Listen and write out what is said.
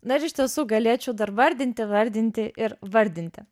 na ir iš tiesų galėčiau dar vardinti vardinti ir vardinti